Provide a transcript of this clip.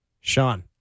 Sean